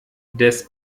des